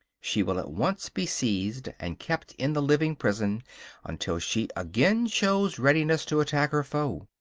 she will at once be seized and kept in the living prison until she again shows readiness to attack her foe.